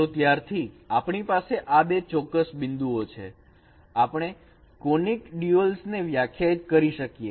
તો ત્યારથી આપણી પાસે આ બે ચોક્કસ બિંદુઓ છે આપણે કોનીક ડ્યુઅલસ ને વ્યાખ્યાયિત કરી શકીએ